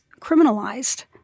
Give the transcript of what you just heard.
criminalized